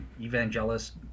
evangelist